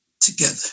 together